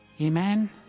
Amen